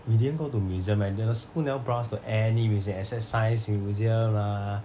we didn't go to museum eh the school never brought us to any museum except science museum lah